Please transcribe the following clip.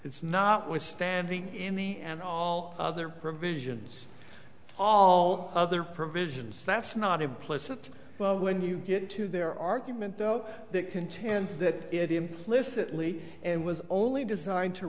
it's not withstanding in the and all other provisions all other provisions that's not implicit when you get into their argument though that contends that it implicitly and was only designed to